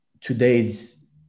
today's